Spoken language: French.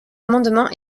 amendement